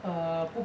err